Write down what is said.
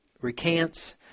recants